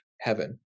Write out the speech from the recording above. heaven